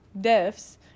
deaths